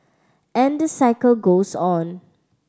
and the cycle goes on